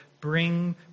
Bring